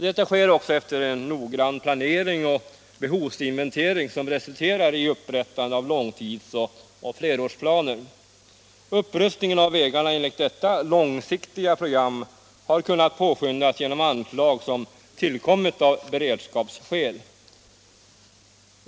Detta sker också efter noggrann planering och behovsinventering som resulterar i upprättande av långtids och flerårsplaner. Upprustningen av vägarna enligt detta långsiktiga program har kunnat påskyndas genom anslag som tillkommit av beredskapsskäl.